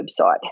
website